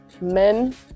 men